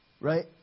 right